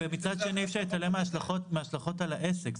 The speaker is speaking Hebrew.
ומצד שני אי-אפשר להתעלם מההשלכות על העסק.